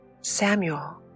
Samuel